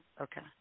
okay